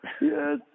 Yes